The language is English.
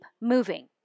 moving